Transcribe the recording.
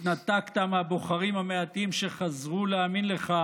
התנתקת מהבוחרים המעטים שחזרו להאמין לך